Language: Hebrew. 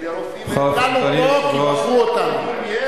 לרופאים אין --- כולנו פה כי בחרו אותנו.